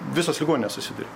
visos ligoninės susiduria